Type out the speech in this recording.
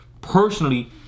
personally